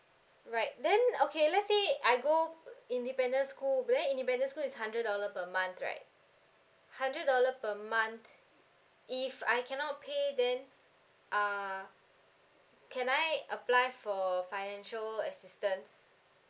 alright then okay let's say I go independent school but then independent schools is hundred dollar per month right hundred dollar per month if I cannot pay then uh can I apply for financial assistance